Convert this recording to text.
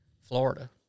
Florida